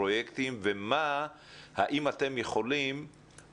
למה אתם לא יוזמים את הקשר הזה?